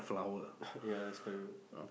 ya that's quite rude